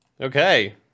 Okay